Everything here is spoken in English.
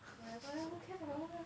whatever lah who cares about her lah